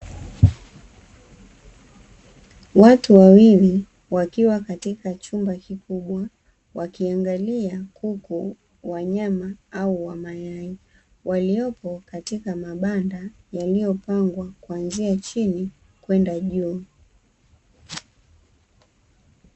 Watu wawili wakiwa katika chumba kikubwa, wakiangalia kuku wa nyama, au wa mayai, waliopo katika mabanda yaliyopangwa kuanzia chini kwenda juu.